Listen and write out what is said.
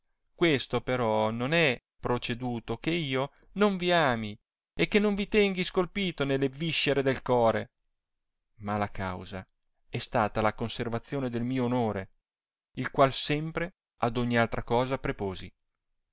questo però non è proceduto che io non vi ami e che non vi tenghi scolpito nelle viscere del core ma la causa è statala conservazione del mio onore il qual sempre ad ogni altra cosa preposi